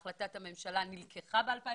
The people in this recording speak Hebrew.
החלטת הממשלה הזאת התקבלה ב-2015,